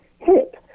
Hip